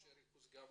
היכן שיש ריכוז גבוה.